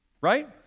right